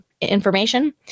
information